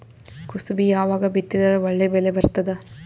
ಕುಸಬಿ ಯಾವಾಗ ಬಿತ್ತಿದರ ಒಳ್ಳೆ ಬೆಲೆ ಬರತದ?